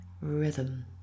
rhythm